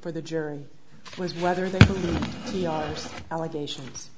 for the jury was whether the allegations